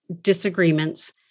disagreements